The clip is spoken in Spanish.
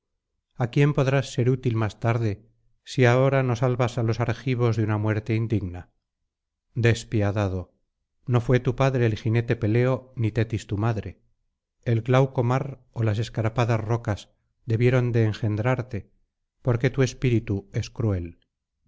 a quién podrás ser útil más tarde si ahora no salvas á los argivos de una muerte indigna despiadado no fué tu padre el jinete peleo ni tetis tu madre el glauco mar ó las escarpadas rocas debieron de engendrarte porque tu espíritu es cruel